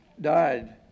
died